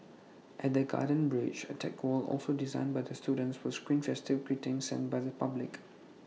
at the garden bridge A tech wall also designed by the students will screen festive greetings sent by the public